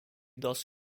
thus